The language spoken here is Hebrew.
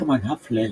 הרמן האפלה,